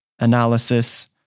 analysis